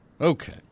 Okay